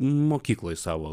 mokykloje savo